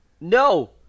No